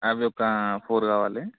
అవి ఒక ఫోర్ కావాలి